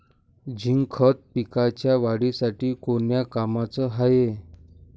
Zinc खत पिकाच्या वाढीसाठी कोन्या कामाचं हाये?